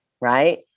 Right